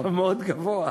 באסל, אתה מאוד גבוה.